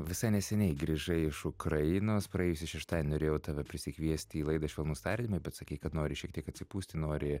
visai neseniai grįžai iš ukrainos praėjusį šeštadienį norėjau tave prisikviesti į laidą švelnūs tardymai bet sakei kad nori šiek tiek atsipūsti nori